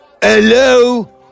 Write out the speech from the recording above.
Hello